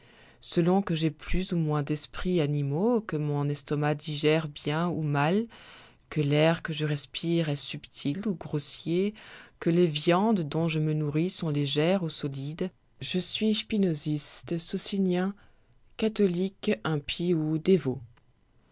selon que j'ai plus ou moins desprits animaux que mon estomac digère bien ou mal que l'air que je respire est subtil ou grossier que les viandes dont je me nourris sont légères ou solides je suis spinosiste socinien catholique impie ou